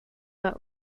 but